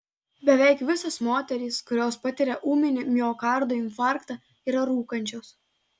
beveik visos moterys kurios patiria ūminį miokardo infarktą yra rūkančios